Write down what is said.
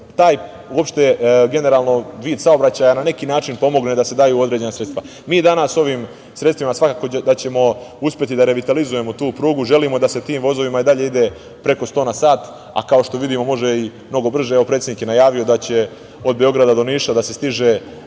da se taj generalno vid saobraćaja na neki način pomogne, da se daju određena sredstva. Mi danas ovim sredstvima svakako da ćemo uspeti da revitalizujemo tu prugu, želimo da se tim vozovima i dalje ide preko 100 na sat, a kao što vidimo, može i mnogo brže. Evo, predsednik je najavio da će od Beograda do Niša da se stiže